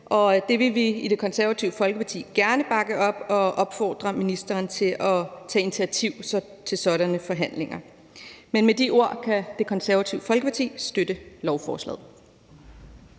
det vil vi i Det Konservative Folkeparti gerne bakke op om, og vi vil opfordre ministeren til at tage initiativ til sådanne forhandlinger. Med de ord kan Det Konservative Folkeparti støtte lovforslaget.